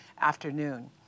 afternoon